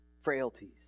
frailties